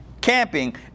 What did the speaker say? Camping